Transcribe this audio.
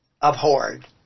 abhorred